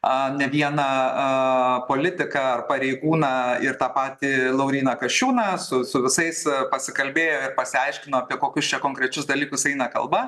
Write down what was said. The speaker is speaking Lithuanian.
a ne vieną a politiką ar pareigūną ir tą patį lauryną kasčiūną su su visais pasikalbėjo ir pasiaiškino apie kokius čia konkrečius dalykus eina kalba